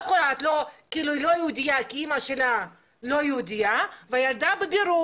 כאילו היא לא יהודייה כי אמא שלה לא יהודייה והילדה בבירור